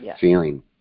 feeling